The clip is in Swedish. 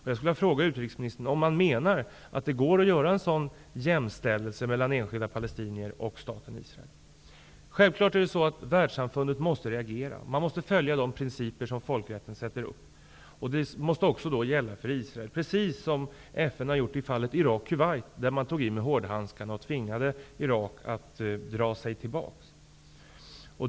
Jag vill fråga utrikesministern om man menar att det går att jämställa enskilda palestinier och staten Israel på det viset. Självfallet måste världssamfundet reagera. Folkrättens principer måste följas, och det måste gälla också för Israel. FN agerade ju i fallet Irak-- Kuwait, där man tog i med hårdhandskarna och tvingade Irak att dra sig tillbaka.